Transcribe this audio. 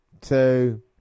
two